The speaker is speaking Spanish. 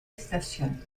estación